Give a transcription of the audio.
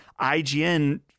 ign